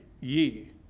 ye